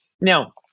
Now